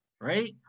right